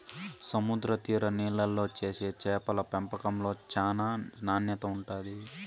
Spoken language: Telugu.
సముద్ర తీర నీళ్ళల్లో చేసే చేపల పెంపకంలో చానా నాణ్యత ఉంటాది